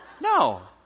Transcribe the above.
No